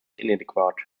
inadequate